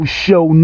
show